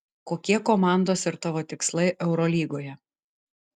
kokie komandos ir tavo tikslai eurolygoje